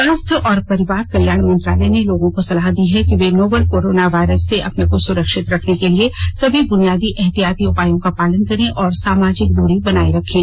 स्वास्थ्य और परिवार कल्याण मंत्रालय ने लोगों को सलाह दी है कि वे नोवल कोरोना वायरस से अपने को सुरक्षित रखने के लिए सभी बुनियादी एहतियाती उपायों का पालन करें और सामाजिक दूरी बनाए रखें